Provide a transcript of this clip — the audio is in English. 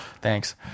Thanks